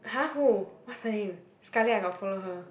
!huh! who what's her name Scarlett I got follow her